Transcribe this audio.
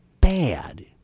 bad